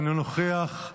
אינו נוכח,